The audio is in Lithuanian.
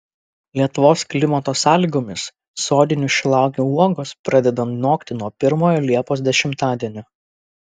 lietuvos klimato sąlygomis sodinių šilauogių uogos pradeda nokti nuo pirmojo liepos dešimtadienio